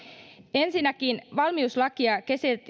ensinnäkin valmiuslakia